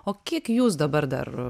o kiek jūs dabar dar